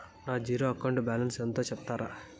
నా zero account balance ఎంతో సెప్తారా?